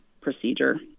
procedure